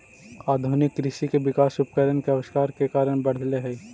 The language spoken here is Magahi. आधुनिक कृषि के विकास उपकरण के आविष्कार के कारण बढ़ले हई